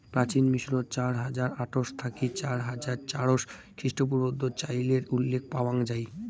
প্রাচীন মিশরত চার হাজার আটশ থাকি চার হাজার চারশ খ্রিস্টপূর্বাব্দ চইলের উল্লেখ পাওয়াং যাই